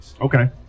Okay